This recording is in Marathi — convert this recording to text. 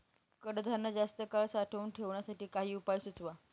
कडधान्य जास्त काळ साठवून ठेवण्यासाठी काही उपाय सुचवा?